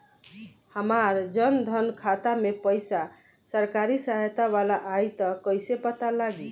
हमार जन धन खाता मे पईसा सरकारी सहायता वाला आई त कइसे पता लागी?